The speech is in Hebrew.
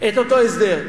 את אותו הסדר.